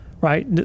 right